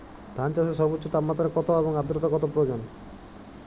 ধান চাষে সর্বোচ্চ তাপমাত্রা কত এবং আর্দ্রতা কত প্রয়োজন?